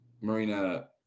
Marina